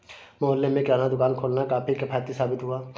मोहल्ले में किराना दुकान खोलना काफी किफ़ायती साबित हुआ